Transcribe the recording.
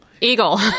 Eagle